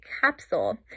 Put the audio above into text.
capsule